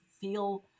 feel